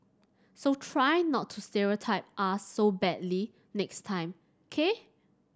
so try not to stereotype us so badly next time ok